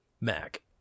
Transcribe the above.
Mac